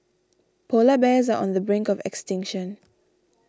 Polar Bears are on the brink of extinction